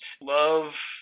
love